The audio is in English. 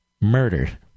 murder